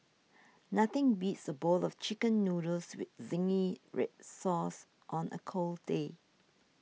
nothing beats a bowl of Chicken Noodles with Zingy Red Sauce on a cold day